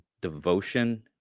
Devotion